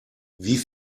wie